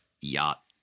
yacht